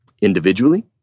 Individually